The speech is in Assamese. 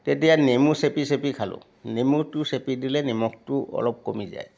তেতিয়া নেমু চেপি চেপি খালোঁ নেমুটো চেপি দিলে নিমখটো অলপ কমি যায়